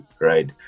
right